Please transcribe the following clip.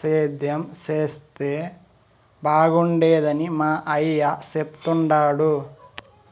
సేద్యం చేస్తే బాగుండేదని మా అయ్య చెప్తుండాడు